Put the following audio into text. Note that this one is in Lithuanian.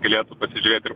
galėtų pasižiūrėti ir